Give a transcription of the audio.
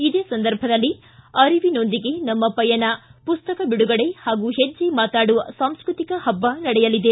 ಇದೇ ಸಂದರ್ಭದಲ್ಲಿ ಅರಿವಿನೊಂದಿಗೆ ನಮ್ಮ ಪಯಣ ಪುಸ್ತಕ ಬಿಡುಗಡೆ ಹಾಗೂ ಹೆಜ್ಜೆ ಮಾತಾಡು ಸಾಂಸ್ಕೃತಿಕ ಹಬ್ಬ ನಡೆಯಲಿದೆ